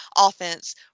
offense